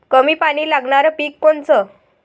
कमी पानी लागनारं पिक कोनचं?